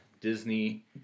Disney